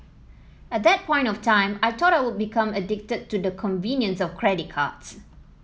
at that point of time I thought I would become addicted to the convenience of credit cards